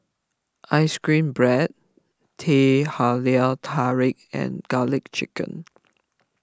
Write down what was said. Ice Cream Bread Teh Halia Tarik and Garlic Chicken